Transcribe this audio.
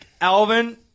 Alvin